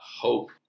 hope